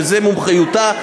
שזו מומחיותה.